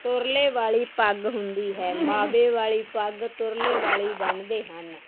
ਤੁਰਲੇ ਵਾਲੀ ਪੱਗ ਹੁੰਦੀ ਹੈ ਮਾਵੇ ਵਾਲੀ ਪੱਗ ਤੁਰਲੇ ਵਾਲੀ ਬੰਨਦੇ ਹਨ